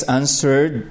answered